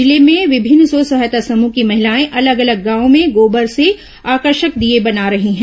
जिले में विभिन्न स्व सहायता समूह की महिलाए अलग अलग गांवों में गोबर से आकर्षक दीये बना रही हैं